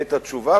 את התשובה,